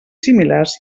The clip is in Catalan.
similars